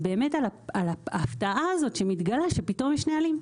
על באמת על ההפתעה הזאת שמתגלה שפתאום יש נהלים.